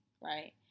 right